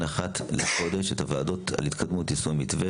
אחת לחודש את הוועדות על יישום המתווה,